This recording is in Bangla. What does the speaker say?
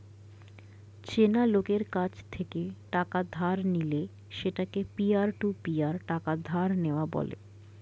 চেনা লোকের কাছ থেকে টাকা ধার নিলে সেটাকে পিয়ার টু পিয়ার টাকা ধার নেওয়া বলে